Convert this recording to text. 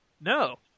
No